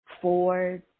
Ford